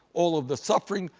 all of the suffering,